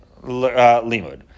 Limud